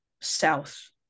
south